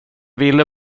ville